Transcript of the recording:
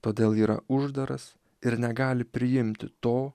todėl yra uždaras ir negali priimti to